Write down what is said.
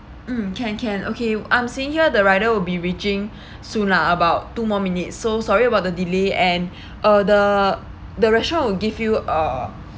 mm can can okay I'm seeing here the rider will be reaching soon lah about two more minutes so sorry about the delay and uh the the restaurant will give you a